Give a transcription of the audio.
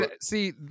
see